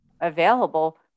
available